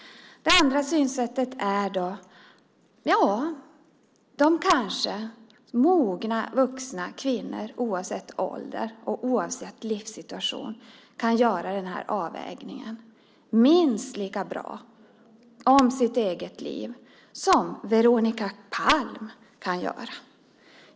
Det andra synsättet är när man tänker: Mogna vuxna kvinnor, oavsett ålder och oavsett livssituation, kanske kan göra den här avvägningen om sitt eget liv minst lika bra som Veronica Palm.